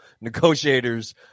negotiators